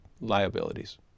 liabilities